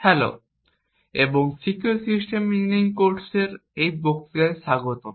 hello এবং secure system engineering কোর্সের এই বক্তৃতায় স্বাগতম